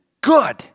good